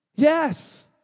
Yes